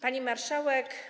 Pani Marszałek!